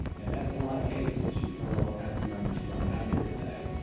and that's a lot of cases. you've heard all kinds of numbers thrown out here today.